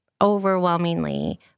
overwhelmingly